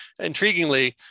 intriguingly